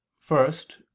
First